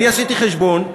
עשיתי חשבון,